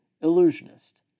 illusionist